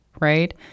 right